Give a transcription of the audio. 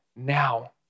now